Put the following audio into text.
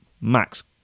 Max